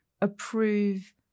approve